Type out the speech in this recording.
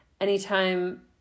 Anytime